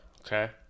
Okay